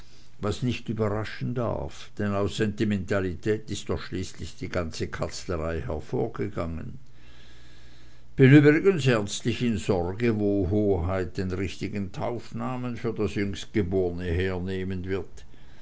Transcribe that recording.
was nicht überraschen darf denn aus sentimentalität ist doch schließlich die ganze katzlerei hervorgegangen bin übrigens ernstlich in sorge wo hoheit den richtigen taufnamen für das jüngstgeborene hernehmen wird